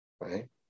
right